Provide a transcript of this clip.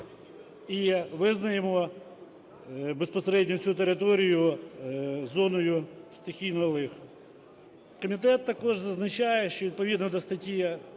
і визнаємо безпосередньо цю територію зоною стихійного лиха. Комітет також зазначає, що, відповідно до статті